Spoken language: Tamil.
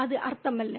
அது அர்த்தமல்ல